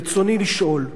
ברצוני לשאול: